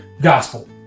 gospel